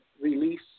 release